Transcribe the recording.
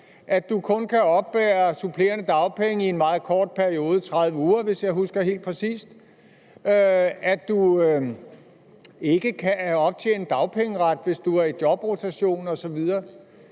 at man kun kan oppebære supplerende dagpenge i en meget kort periode – 30 uger, hvis jeg husker korrekt – og at man ikke kan optjene dagpengeret, hvis man er i jobrotation osv.